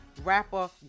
Rapper